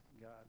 God